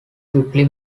quickly